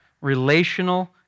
relational